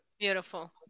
beautiful